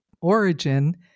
origin